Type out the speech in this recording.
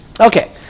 Okay